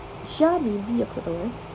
sha maybe aku tak tahu eh